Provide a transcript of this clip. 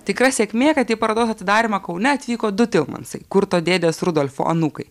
tikra sėkmė kad į parodos atidarymą kaune atvyko du tilmansai kurto dėdės rudolfo anūkai